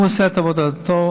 הוא עושה את עבודתו,